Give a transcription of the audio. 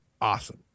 awesome